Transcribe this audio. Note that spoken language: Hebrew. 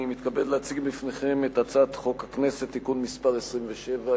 אני מתכבד להציג בפניכם את הצעת חוק הכנסת (תיקון מס' 27),